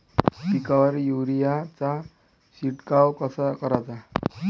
पिकावर युरीया चा शिडकाव कसा कराचा?